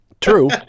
True